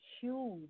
huge